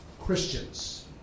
Christians